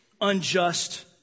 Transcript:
unjust